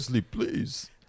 please